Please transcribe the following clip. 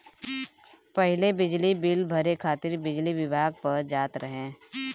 पहिले बिजली बिल भरे खातिर बिजली विभाग पअ जात रहे